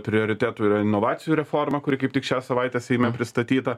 prioritetų yra inovacijų reforma kuri kaip tik šią savaitę seime pristatyta